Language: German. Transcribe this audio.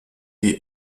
die